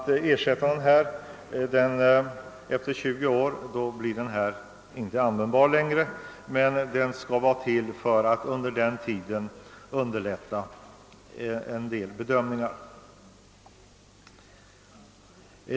Under en övergångstid skulle den emellertid underlätta en del bedömningar.